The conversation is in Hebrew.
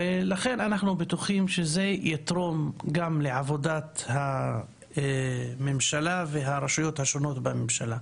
ולכן אנחנו בטוחים שזה יתרום גם לעבודת הממשלה והרשויות השונות בממשלה.